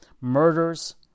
murders